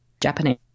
Japanese